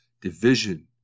division